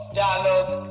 dialogue